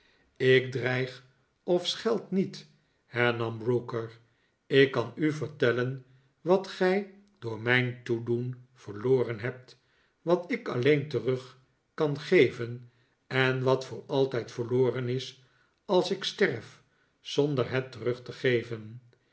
ik dreig of scheld niet hernam brooker ik kan u vertellen wat gij door mijn toedoen verloren hebt wat ik alleen terug kan geven en wat voor altijd verloren is als ik sterf zonder het terug te geven